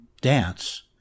dance